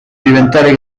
diventare